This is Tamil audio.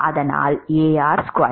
இந்த Ar 2